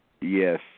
Yes